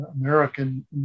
American